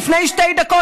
לפני שתי דקות.